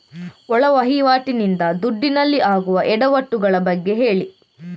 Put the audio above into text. ಒಳ ವಹಿವಾಟಿ ನಿಂದ ದುಡ್ಡಿನಲ್ಲಿ ಆಗುವ ಎಡವಟ್ಟು ಗಳ ಬಗ್ಗೆ ಹೇಳಿ